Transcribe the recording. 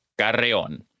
Carreon